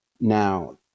Now